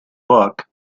book